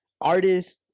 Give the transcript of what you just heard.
artists